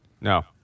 No